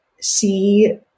see